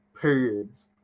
periods